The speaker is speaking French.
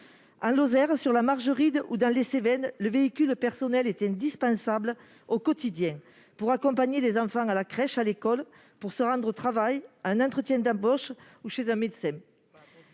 En Lozère, en Margeride ou dans les Cévennes, le véhicule personnel est indispensable au quotidien, que ce soit pour accompagner les enfants à la crèche ou à l'école, pour se rendre au travail, à un entretien d'embauche ou chez un médecin.